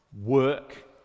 work